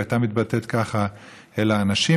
והייתה מתבטאת כך אל האנשים,